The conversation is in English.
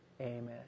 amen